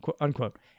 unquote